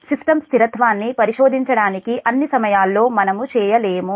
system స్థిరత్వాన్ని పరిశోధించడానికి అన్ని సమయాల్లో మనము చేయలేము